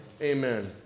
Amen